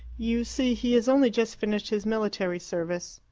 you see, he has only just finished his military service.